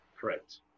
Correct